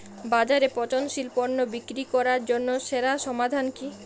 বাজারে পচনশীল পণ্য বিক্রি করার জন্য সেরা সমাধান কি?